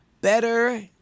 Better